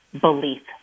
belief